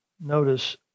Notice